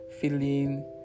feeling